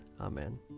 Amen